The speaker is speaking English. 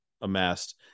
amassed